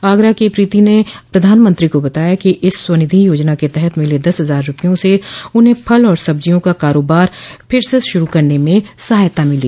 आगरा की प्रीति ने प्रधानमंत्री को बताया कि स्वनिधि योजना के तहत मिले दस हजार रुपयों से उन्हें फल और सब्जियों का कारोबार फिर से शुरू करने में सहायता मिली